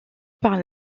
par